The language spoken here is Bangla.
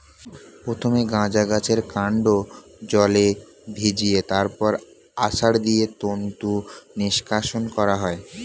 প্রথমে গাঁজা গাছের কান্ড জলে ভিজিয়ে তারপর আছাড় দিয়ে তন্তু নিষ্কাশণ করা হয়